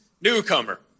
newcomer